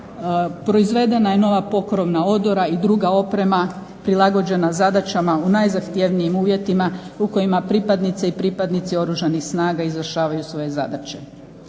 Proizvedena je nova pokrovna odora i druga oprema, prilagođena zadaćama u najzahtjevnijim uvjetima u kojima pripadnice i pripadnici Oružanih snaga izvršavaju svoje zadaće.